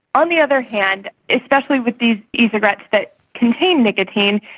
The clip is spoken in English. on the other hand, especially with these ecigarettes that contain nicotine,